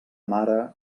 mare